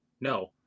No